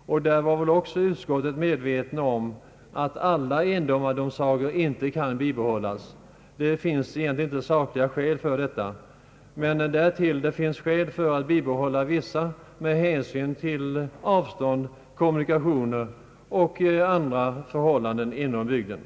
Utskottet har väl varit på det klara med att alla endomardomsagor inte kan bibehållas — det finns inte sakliga skäl härför — men att det finns skäl för att bibehålla vissa med hänsyn till avstånd, kommunikationer och andra förhållanden inom bygden.